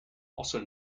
also